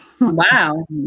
wow